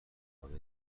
پایه